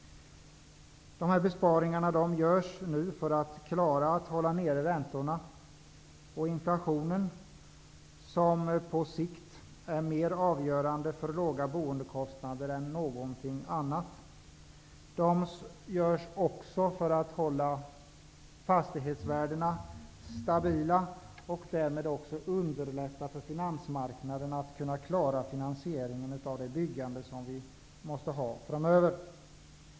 Dessa besparingar görs nu för att räntorna och inflationen skall kunna hållas nere. Det är på sikt mer avgörande för låga boendekostnader än någonting annat. De görs också för att fastighetsvärdena skall hållas stabila. Därmed underlättar man också för finansmarknaden att klara finasieringen av det byggande som vi måste ha framöver.